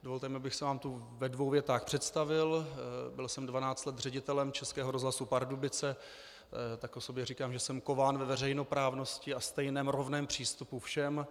Dovolte mi, abych se vám tu ve dvou větách představil: Byl jsem 12 let ředitelem Českého rozhlasu Pardubice, tak o sobě říkám, že jsem kován ve veřejnoprávnosti a stejném, rovném přístupu všem.